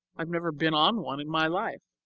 i've never been on one in my life.